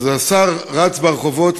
אז השר רץ ברחובות,